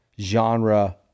genre